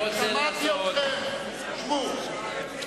שמעתי אתכם, שבו.